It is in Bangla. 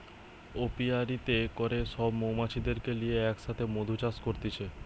অপিয়ারীতে করে সব মৌমাছিদেরকে লিয়ে এক সাথে মধু চাষ করতিছে